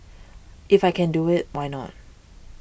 if I can do it why not